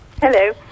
hello